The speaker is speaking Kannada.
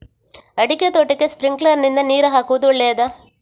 ಅಡಿಕೆ ತೋಟಕ್ಕೆ ಸ್ಪ್ರಿಂಕ್ಲರ್ ನಿಂದ ನೀರು ಹಾಕುವುದು ಒಳ್ಳೆಯದ?